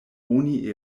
oni